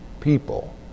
people